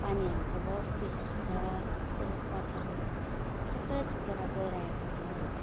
पानीहरूको बहुत बिजोग छ रुखपातहरू सबै सुकेर गइरहेको छ